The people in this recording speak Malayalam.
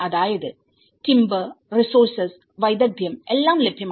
അതായത് ടിമ്പർറിസോഴ്സസ് വൈദഗ്ദ്ധ്യം എല്ലാം ലഭ്യമാണ്